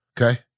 Okay